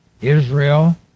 Israel